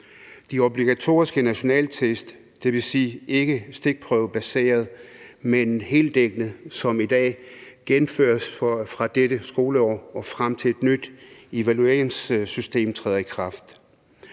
De obligatoriske nationale test, det vil sige ikke stikprøvebaserede, men heldækkende som i dag, gennemføres fra dette skoleår og frem til et nyt evalueringssystem træder i kraft.